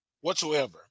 whatsoever